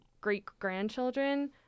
great-grandchildren